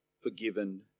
forgiven